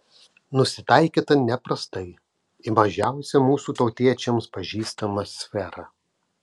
nusitaikyta neprastai į mažiausią mūsų tautiečiams pažįstamą sferą